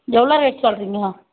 எவ்வளோ ரேட் சொல்கிறிங்க